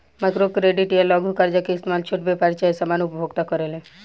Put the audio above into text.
micro credit या लघु कर्जा के इस्तमाल छोट व्यापारी चाहे सामान्य उपभोक्ता करेले